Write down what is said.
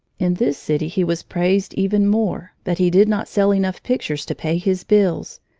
in this city he was praised even more, but he did not sell enough pictures to pay his bills,